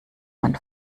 man